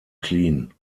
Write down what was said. clean